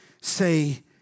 say